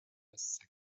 basse